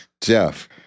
Jeff